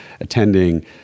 attending